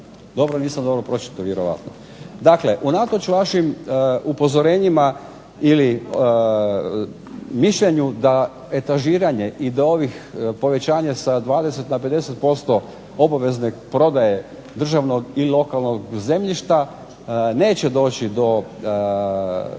Dobro, nisam dobro pročitao vjerojatno. Dakle, unatoč vašim upozorenjima ili mišljenju da etažiranje i da do ovih povećanja sa 20 na 50% obavezne prodaje državnog ili lokalnog zemljišta da će to